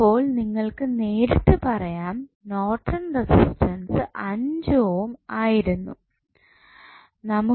അപ്പോൾ നിങ്ങൾക്കു നേരിട്ട് പറയാം നോർട്ടൺ റെസിസ്റ്റൻസ് 5 ഓം ആയിരിക്കുമെന്ന്